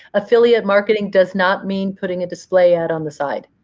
affiliate marketing does not mean putting a display ad on the side.